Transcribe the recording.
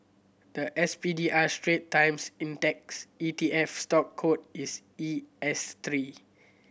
the S P D R Strait Times Index E T F stock code is E S three